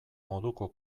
moduko